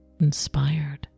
inspired